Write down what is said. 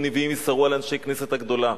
ונביאים מסרו לאנשי כנסת הגדולה.